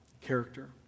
character